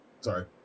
Sorry